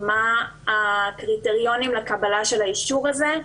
מה הקריטריונים לקבלה של האישור הזה.